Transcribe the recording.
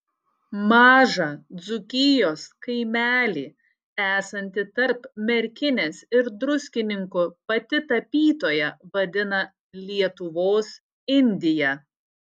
mažą dzūkijos kaimelį esantį tarp merkinės ir druskininkų pati tapytoja vadina lietuvos indija